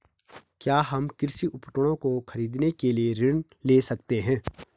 क्या हम कृषि उपकरणों को खरीदने के लिए ऋण ले सकते हैं?